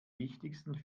wichtigsten